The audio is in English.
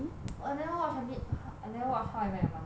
I never watch a bit I never watch how I met your mother